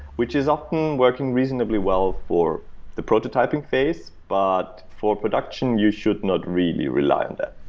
which is often working reasonably well for the prototyping phase, but for production, you should not really rely on that.